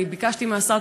אני ביקשתי מהשר,